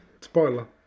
Spoiler